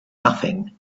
nothing